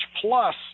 plus